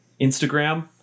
Instagram